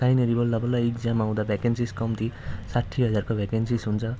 कहीँनिर बल्ल बल्ल इग्जाम आउँदा भ्याकन्सिज कम्ती साठी हजारको भेकेन्सिज हुन्छ